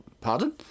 pardon